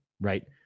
right